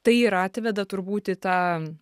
tai ir atveda turbūt į tą